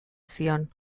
zion